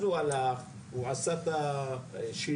אז הוא הלך ועשה את השינוי.